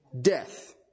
death